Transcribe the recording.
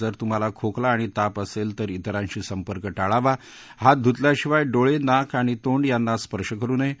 जर तुम्हाला खोकला आणि ताप असेल तर इतरांशी संपर्क टाळावा हात धुतल्या शिवाय डोळे नाक आणि तोंड यांना स्पर्शं करु नये